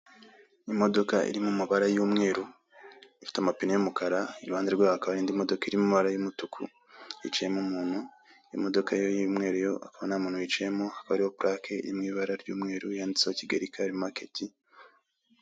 Imodoka iri mu mabara y'umweru ifite amapine y'umukara, iruhande rwayo hakaba hari indi modoka irimo amabara y'umutuku hicayemo umuntu, imodoka y'umweru yo nta muntu wicayemo ikaba ifite purake iri mu ibara ry'umweru yanditseho Kigali kare maketi.